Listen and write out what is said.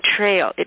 trail